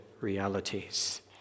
realities